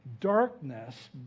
Darkness